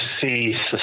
see